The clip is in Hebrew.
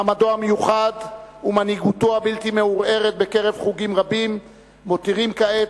מעמדו המיוחד ומנהיגותו הבלתי-מעורערת בקרב חוגים רבים מותירים כעת,